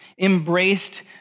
embraced